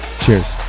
cheers